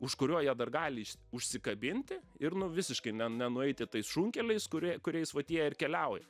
už kurio jie dar gali išs užsikabinti ir nu visiškai nenueiti tais šunkeliais kurie kuriais vat jie ir keliauja